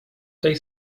tej